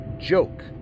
joke